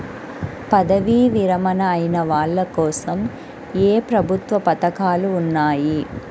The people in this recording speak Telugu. పదవీ విరమణ అయిన వాళ్లకోసం ఏ ప్రభుత్వ పథకాలు ఉన్నాయి?